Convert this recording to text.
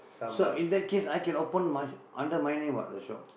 sir in that case I can open my under my name what the shop